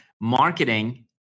Marketing